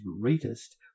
greatest